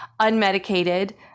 unmedicated